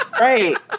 Right